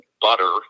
butter